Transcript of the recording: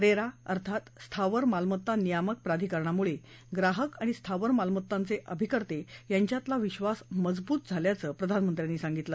RERA अर्थात स्थावर मालमत्ता नियामक प्राधिकरणामुळे ग्राहक आणि स्थावर मालमत्तांचे अभिकर्ते यांच्यातला विब्वास मजबूत झाला असल्याचं प्रधानमंत्र्यांनी सांगितलं